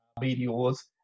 meteors